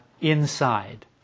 inside